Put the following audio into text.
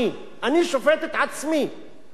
ממשלת ישראל מקימה ועדה לעצמה.